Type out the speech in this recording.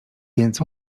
więc